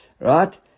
Right